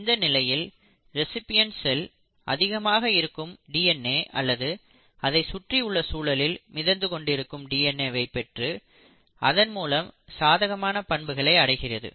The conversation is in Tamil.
இந்த நிலையில் ரேசிபியண்ட் செல் அதிகமாக இருக்கும் டிஎன்ஏ அல்லது அதை சுற்றி உள்ள சூழலில் மிதந்துகொண்டிருக்கும் டிஎன்ஏவை பெற்று அதன் மூலம் சாதகமான பண்புகளை அடைகிறது